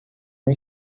uma